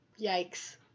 Yikes